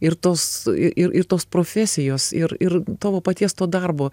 ir tos ir ir tos profesijos ir ir tavo paties to darbu